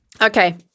Okay